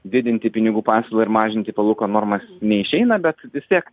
didinti pinigų pasiūlą ir mažinti palūkanų normas neišeina bet vis tiek